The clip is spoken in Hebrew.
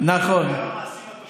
אתם צריכים לבקש סליחה מהבוחרים שלכם,